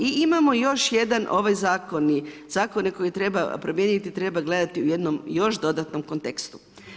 I imamo još jedan ovaj zakon, zakone koje treba promijeniti treba gledati u jednom još dodatnom kontekstu.